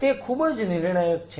તે ખૂબ જ નિર્ણાયક છે